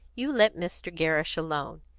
you let mr. gerrish alone.